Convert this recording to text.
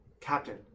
captain